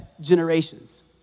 generations